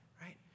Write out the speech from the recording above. right